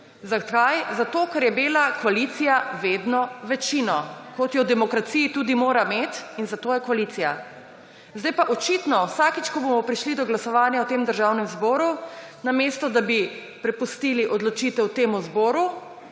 Zakaj? Zato ker je imela koalicija vedno večino, kot jo v demokraciji tudi mora imeti. In zato je koalicija. Zdaj pa očitno vsakič, ko bomo prišli do glasovanja v Državnem zboru, namesto da bi prepustili odločitev temu zboru,